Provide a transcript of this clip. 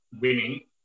winning